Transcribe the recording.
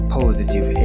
positive